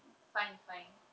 fund fine